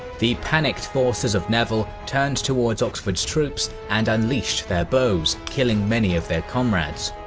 the panicked forces of neville turned towards oxford's troops and unleashed their bows killing many of their comrades.